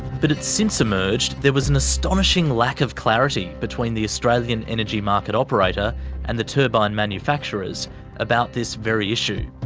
but it's since emerged there was an astonishing lack of clarity between the australian energy market operator and the turbine manufacturers about this very issue.